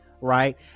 right